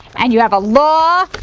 and you have a law.